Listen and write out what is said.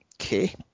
Okay